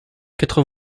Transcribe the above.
quatre